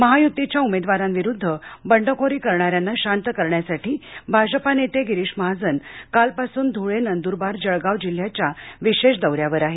महायुतीच्या उमेदवारांविरुध्द बंडखोरी करणाऱ्यांना शांत करण्यासाठी भाजपा नेते गिरीष महाजन कालपासून धुळे नंदुरबार जळगाव जिल्ह्याच्या विशेष दौऱ्यावर आहेत